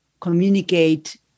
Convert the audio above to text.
communicate